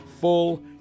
full